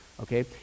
okay